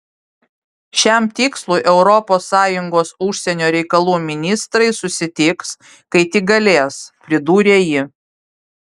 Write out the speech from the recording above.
šiam tikslui europos sąjungos užsienio reikalų ministrai susitiks kai tik galės pridūrė ji